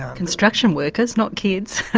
construction workers, not kids.